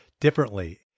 differently